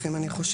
אני חושבת,